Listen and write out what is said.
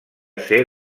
ser